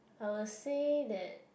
I would say that